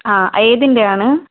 ആ ഏതിൻ്റെയാണ്